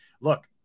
look